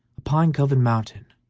a pine-covered mountain,